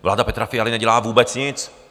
Vláda Petra Fialy nedělá vůbec nic!